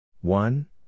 One